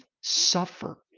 suffer